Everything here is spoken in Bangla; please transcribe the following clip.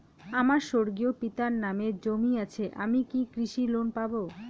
আমার স্বর্গীয় পিতার নামে জমি আছে আমি কি কৃষি লোন পাব?